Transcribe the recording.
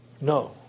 no